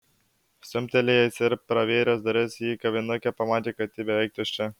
stumtelėjęs ir pravėręs duris į kavinukę pamatė kad ji beveik tuščia